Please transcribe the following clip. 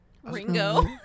Ringo